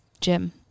Jim